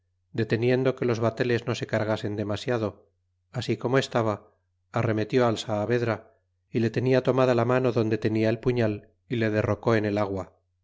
deteniendo que los bateles no se cargasen demasiado ansi como estaba arremetió al saavedra y le tenia tomada la mano donde tenia el puñal y le derrocó en el agua